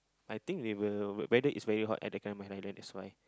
I think they will weather is very hot at the Cameron-Highland that's why